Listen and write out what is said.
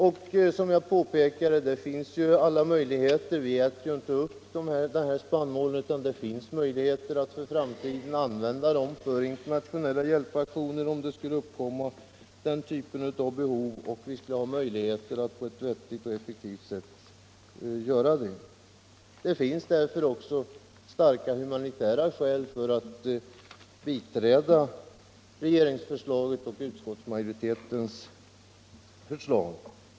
Vi äter ju inte upp denna spannmål, utan som jag redan tidigare påpekat finns det möjligheter att i framtiden använda den för internationella hjälpaktioner, om den typen av behov skulle uppstå och det kan ske på ett vettigt och effektivt sätt. Det finns därför starka humanitära skäl att biträda regeringens och utskottsmajoritetens förslag.